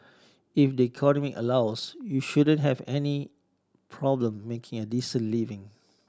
if the economy allows you shouldn't have any problem making a decent living